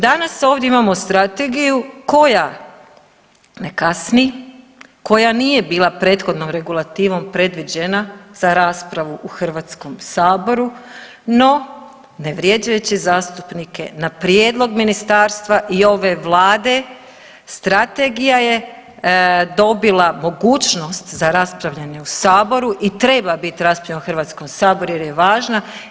Danas ovdje imamo strategiju koja ne kasni, koja nije bila prethodnom regulativom predviđena za raspravu u Hrvatskom saboru, no vrijeđajući zastupnike na prijedlog ministarstva i ove Vlade strategija je dobila mogućnost za raspravljanje u Saboru i treba biti raspravljena u Hrvatskom saboru jer je važna.